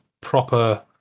proper